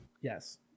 Yes